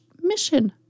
mission